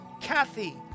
Kathy